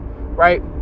right